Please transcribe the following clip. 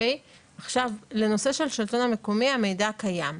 עכשיו, לנושא של השלטון המקומי המידע קיים.